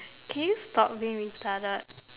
can you stop being retarded